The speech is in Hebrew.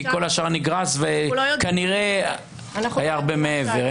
כי כל השאר נגרס וכנראה היה הרבה מעבר,